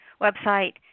website